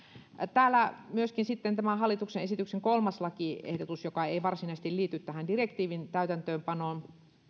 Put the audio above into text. täällä myöskin tämä hallituksen esityksen kolmas lakiehdotus joka ei varsinaisesti liity tähän direktiivin täytäntöönpanoon